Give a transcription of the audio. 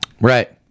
right